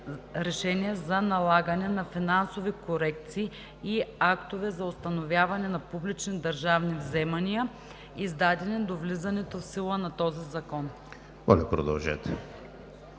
за налагане на финансови корекции и актове за установяване на публични държавни вземания, издадени до влизането в сила на този закон.“